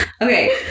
Okay